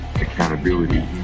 accountability